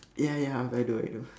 ya ya I do I do